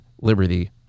Liberty